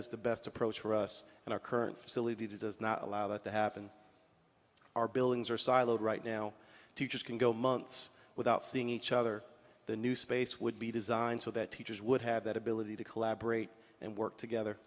is the best approach for us and our current facility does not allow that to happen our buildings are siloed right now teachers can go months without seeing each other the new space would be designed so that teachers would have that ability to collaborate and work together